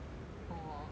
orh is it